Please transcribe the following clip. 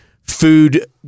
food